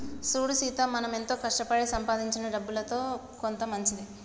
సూడు సీత మనం ఎంతో కష్టపడి సంపాదించిన డబ్బులో కొంత మంచిది